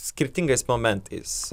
skirtingais momentais